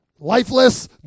lifeless